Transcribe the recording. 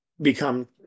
become